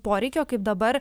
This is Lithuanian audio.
poreikio kaip dabar